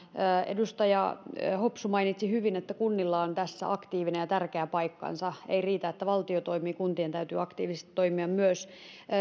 edustaja hopsu mainitsi hyvin että kunnilla on tässä aktiivinen ja tärkeä paikkansa ei riitä että valtio toimii kuntien täytyy aktiivisesti toimia myös